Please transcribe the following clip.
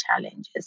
challenges